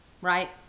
right